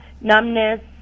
numbness